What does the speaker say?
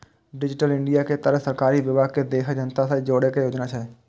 digital India के तहत सरकारी विभाग कें देशक जनता सं जोड़ै के योजना छै